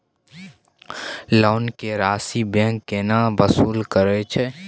Loan के राशि bank केना वसूल करे छै?